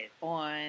on